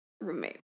Roommate